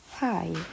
Hi